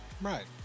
Right